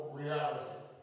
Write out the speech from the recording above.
reality